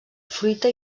fruita